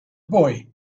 boy